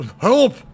help